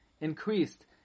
increased